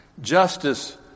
Justice